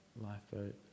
lifeboat